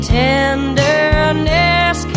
tenderness